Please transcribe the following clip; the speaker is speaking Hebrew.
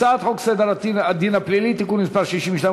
הצעת חוק סדר הדין הפלילי (תיקון מס' 62,